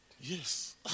Yes